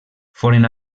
foren